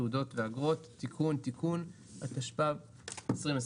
תעודות ואגרות) (תיקון) (תיקון/ התשפ״ב־2021